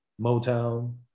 Motown